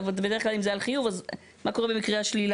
בדרך כלל, זה על חיוב, אז מה קורה במקרה השלילה?